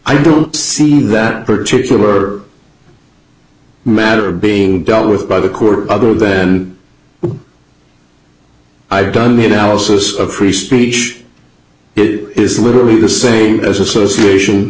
i don't see that particular matter being dealt with by the court other than i've done the analysis of free speech is literally the same as association